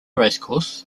racecourse